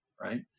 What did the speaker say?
right